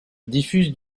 diffuse